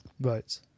Right